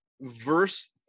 verse